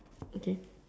okay